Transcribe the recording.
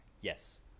Yes